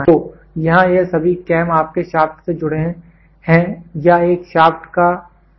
तो यहां यह सभी कैम आपके शाफ्ट से जुड़े हैं या यह शाफ्ट का एक अभिन्न अंग है